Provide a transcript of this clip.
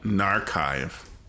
Archive